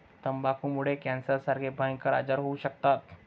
तंबाखूमुळे कॅन्सरसारखे भयंकर आजार होऊ शकतात